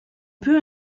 peut